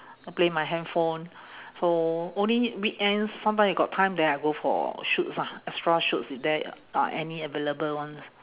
I play my handphone so only weekends sometime if got time then I go for shoots ah extra shoots if there are any available ones